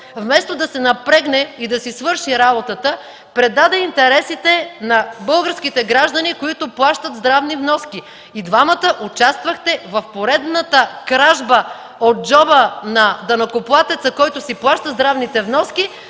вместо да се напрегне и да си свърши работата предаде интересите на българските граждани, които плащат здравни вноски? И двамата участвахте в поредната кражба от джоба на данъкоплатеца, който си плаща здравните вноски,